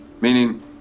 meaning